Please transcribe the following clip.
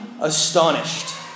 astonished